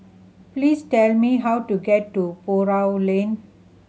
please tell me how to get to Buroh Lane